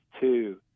two